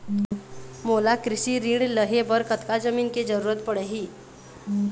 मोला कृषि ऋण लहे बर कतका जमीन के जरूरत पड़ही?